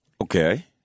Okay